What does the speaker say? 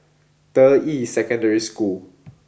Deyi Secondary School